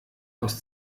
aus